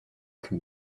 can